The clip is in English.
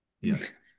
yes